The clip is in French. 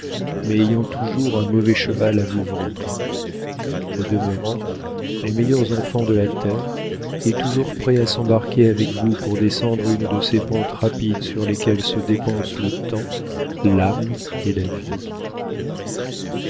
mais ayant toujours un mauvais cheval à vous vendre au demeurant les meilleurs enfants de la terre et toujours prêts à s'embarquer avec vous pour descendre une de ces pentes rapides sur lesquelles se dépensent le temps l'âme et la vie